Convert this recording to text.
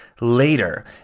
later